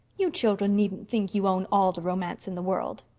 you children needn't think you own all the romance in the world.